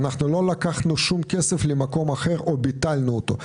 אנחנו לא לקחנו שום כסף למקום אחר או ביטלנו אותו.